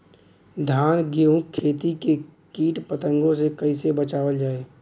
धान गेहूँक खेती के कीट पतंगों से कइसे बचावल जाए?